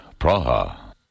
Praha